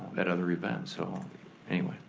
at other events. so anyway,